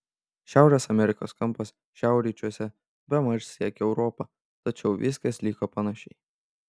šiaurės amerikos kampas šiaurryčiuose bemaž siekė europą tačiau viskas liko panašiai